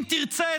אם תרצה,